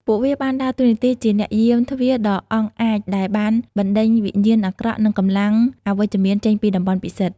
ពួកវាបានដើរតួនាទីជាអ្នកយាមទ្វារដ៏អង់អាចដែលបានបណ្តេញវិញ្ញាណអាក្រក់ និងកម្លាំងអវិជ្ជមានចេញពីតំបន់ពិសិដ្ឋ។